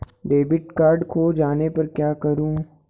Debit card खो जाने पर क्या करूँ?